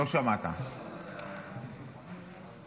לא שמעת: "וטקסים,